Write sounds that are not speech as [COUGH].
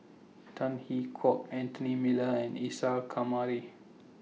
[NOISE] Tan Hwee Hock Anthony Miller and Isa Kamari